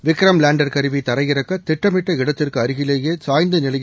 Vikram lander கருவி தரையிறக்க திட்டமிட்ட இடத்திற்கு அருகிலேயே சாய்ந்த நிலையில்